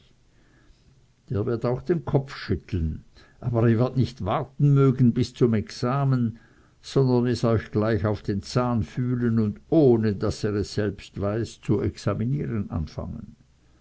der wird auch den kopf schütteln aber er wird nicht warten mögen bis zum examen sondern euch gleich auf den zahn fühlen und ohne daß er es selbst weiß zu examinieren anfangen